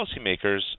policymakers